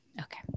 Okay